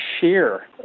share